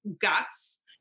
guts